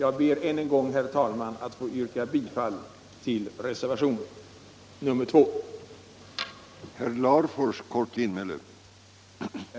Jag ber än en gång, herr talman, att få yrka bifall till reservationen 2.